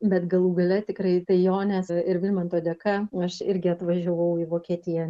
bet galų gale tikrai tai jonės ir vilmanto dėka aš irgi atvažiavau į vokietiją